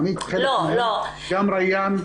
מניתי חלק מהם: גם ריאן,